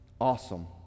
awesome